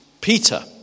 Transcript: Peter